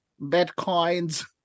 bitcoins